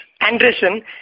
Anderson